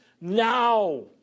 now